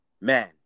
man